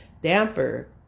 damper